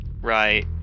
Right